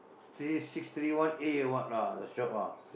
street six three one A or what lah the shop lah